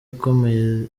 ikomeye